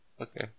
Okay